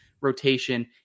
rotation